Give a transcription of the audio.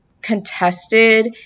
contested